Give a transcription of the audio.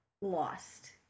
lost